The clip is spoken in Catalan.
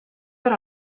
per